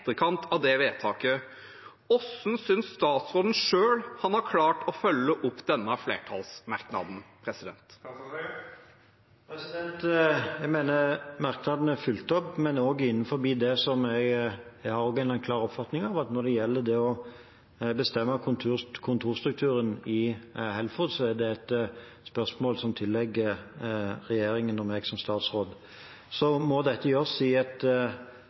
etterkant av det vedtaket. Hvordan synes statsråden selv han har klart å følge opp denne flertallsmerknaden? Jeg mener merknaden er fulgt opp, men jeg har også en klar oppfatning av at når det gjelder det å bestemme kontorstrukturen i Helfo, er det et spørsmål som tilligger regjeringen og meg som statsråd. Så må dette gjøres